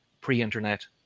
pre-internet